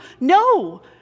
No